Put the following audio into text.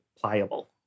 pliable